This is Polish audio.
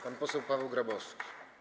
Pan poseł Paweł Grabowski.